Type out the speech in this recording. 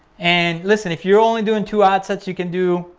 and listen if you're only doing two ad sets, you can do